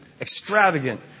extravagant